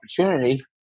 opportunity